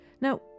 Now